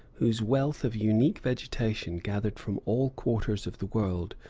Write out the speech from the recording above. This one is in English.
whose wealth of unique vegetation, gathered from all quarters of the world,